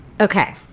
Okay